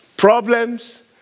Problems